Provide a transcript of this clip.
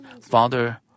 father